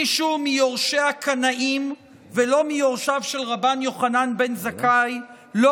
מי שהוא מיורשי הקנאים ולא מיורשיו של רבן יוחנן בן זכאי לא